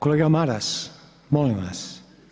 Kolega Maras, molim vas.